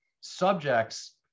subjects